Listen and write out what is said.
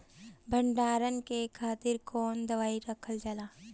भंडारन के खातीर कौन दवाई रखल जाला?